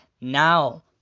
now